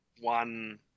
one